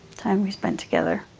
time we spent together.